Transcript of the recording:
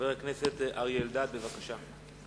חבר הכנסת אריה אלדד, בבקשה.